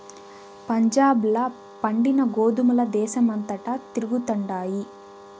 పంజాబ్ ల పండిన గోధుమల దేశమంతటా తిరుగుతండాయి